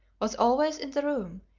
was always in the room,